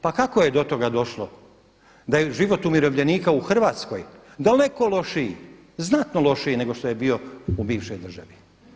Pa kako je do toga došlo da je život umirovljenika u Hrvatskoj daleko lošiji, znatno lošiji nego što je bio u bivšoj državi.